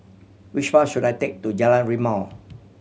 which bus should I take to Jalan Rimau